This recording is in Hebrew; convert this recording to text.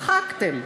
מחקתם.